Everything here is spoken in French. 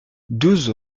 douze